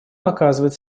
оказывать